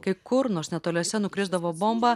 kai kur nors netoliese nukrisdavo bomba